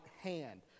hand